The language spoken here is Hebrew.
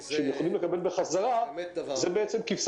אני מדברת על 78% מגני הילדים שנפתחו במחוז